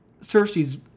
Cersei's